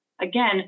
again